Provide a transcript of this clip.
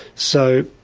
so